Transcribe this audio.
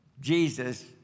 Jesus